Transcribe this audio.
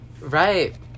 Right